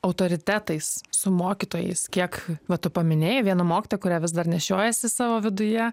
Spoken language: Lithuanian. autoritetais su mokytojais kiek va tu paminėjai vieną mokytoją kurią vis dar nešiojiesi savo viduje